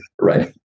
Right